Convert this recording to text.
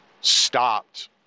stopped